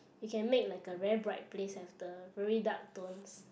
you can make like a very bright place have the very dark tones